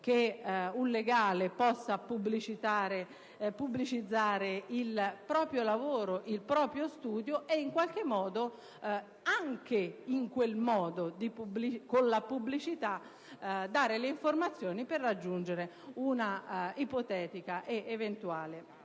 che un legale possa pubblicizzare il proprio lavoro, il proprio studio e, in qualche modo, anche con la pubblicità dare le informazioni per raggiungere un'ipotetica ed eventuale